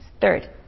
Third